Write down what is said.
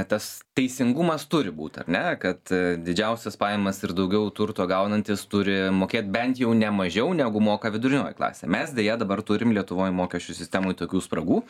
tas teisingumas turi būt ar ne kad didžiausias pajamas ir daugiau turto gaunantys turi mokėt bent jau ne mažiau negu moka vidurinioji klasė mes deja dabar turim lietuvoj mokesčių sistemoj tokių spragų